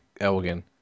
Elgin